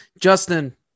justin